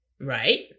right